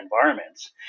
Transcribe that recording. environments